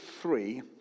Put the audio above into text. three